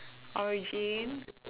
origin